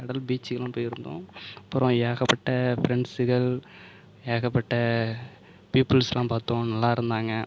கடல் பீச்சுக்கெல்லாம் போய்ருந்தோம் அப்புறம் ஏகப்பட்ட ஃப்ரெண்ட்ஸுகள் ஏகப்பட்ட பீப்புள்ஸ்லாம் பார்த்தோம் நல்லா இருந்தாங்க